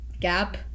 gap